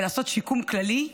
ולעשות שיקום כללי,